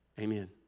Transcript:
Amen